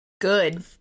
good